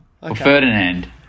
Ferdinand